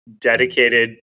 dedicated